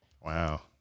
Wow